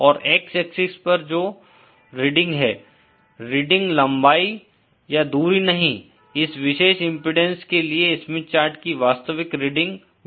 और x axis पर जो रीडिंग है रीडिंग लम्बाई या दूरी नहीं इस विशेष इम्पीडेन्स के लिए स्मिथ चार्ट की वास्तविक रीडिंग VSWR होगी